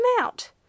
out